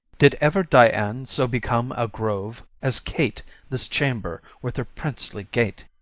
did ever dian so become a grove as kate this chamber with her princely gait?